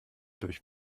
durch